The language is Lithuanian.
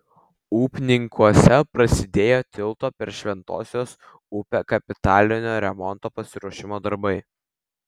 upninkuose prasidėjo tilto per šventosios upę kapitalinio remonto pasiruošimo darbai